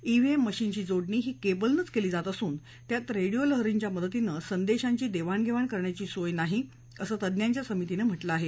डेडीएम मशीनची जोडणी ही केबलनेच केली जात असून त्यात रेडियो लहरींच्या मदतीनं संदेशाची देवाण घेवाण करण्याची सोय नाही असं तज्ञांच्या समितीनं म्हटलं आहे